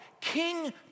king